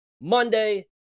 Monday